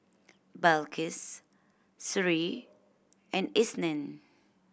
Balqis Sri and Isnin